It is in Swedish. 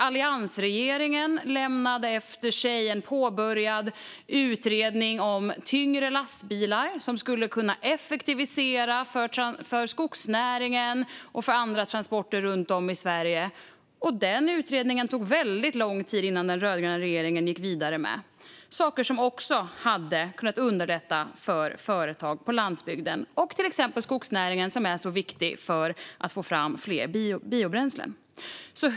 Alliansregeringen lämnade efter sig en påbörjad utredning om tyngre lastbilar som skulle kunna effektivisera för skogsnäringen och för andra transporter runt om i Sverige. Det tog väldigt lång tid innan den rödgröna regeringen gick vidare med utredningen, som föreslog saker som också hade kunnat underlätta för företag på landsbygden och till exempel skogsnäringen som är så viktig för att få fram fler biobränslen.